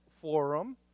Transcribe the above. forum